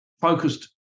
focused